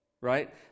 right